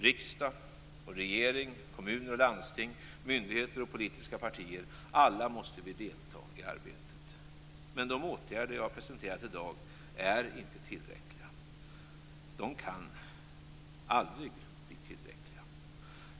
Riksdag och regering, kommuner och landsting, myndigheter och politiska partier - alla måste vi delta i arbetet. Men de åtgärder jag har presenterat i dag är inte tillräckliga. De kan aldrig bli tillräckliga.